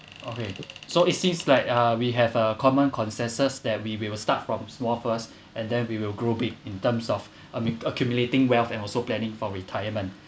okay so it seems like uh we have a common consensus that we we will start from small first and then we will grow big in terms of am~ accumulating wealth and also planning for retirement